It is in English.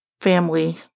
family